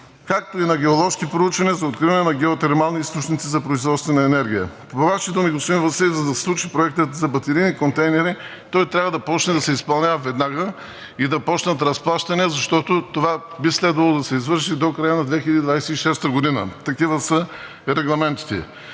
както и на геоложки проучвания за откриване на геотермални източници за производство на енергия. По Ваши думи, господин Василев, за да се случи проектът за батерийни контейнери, той трябва да започне да се изпълнява веднага и да започнат разплащания, защото това би следвало да се извърши до края на 2026 г. – такива са регламентите.